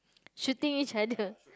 shooting each other